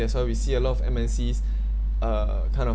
that's why we see a lot of M_N_Cs err kind of